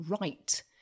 right